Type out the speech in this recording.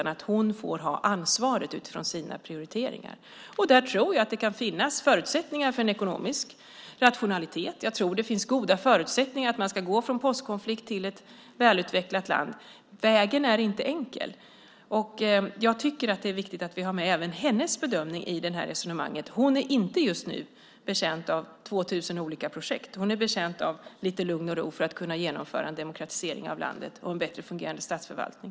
Hon får ha ansvaret utifrån sina prioriteringar. Där tror jag att det kan finnas förutsättningar för en ekonomisk rationalitet. Jag tror att det finns goda förutsättningar för att gå från postkonflikt till ett välutvecklat land. Vägen är inte enkel. Jag tycker att det är viktigt att vi har med även hennes bedömning i resonemanget. Hon är just nu inte betjänt av 2 000 olika projekt. Hon är betjänt av lite lugn och ro för att kunna genomföra en demokratisering av landet och skapa en bättre fungerande statsförvaltning.